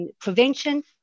Prevention